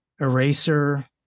eraser